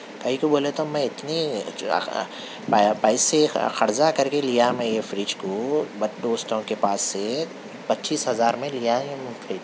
کاہے کو بولے تو میں اتنی پیسے قرضہ کر کے لیا تھا میں یہ فریج کو بت دوستوں کے پاس سے پجیس ہزار میں لیا یہ فریج